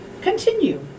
Continue